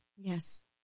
Yes